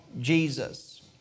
Jesus